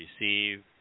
receive